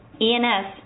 ENS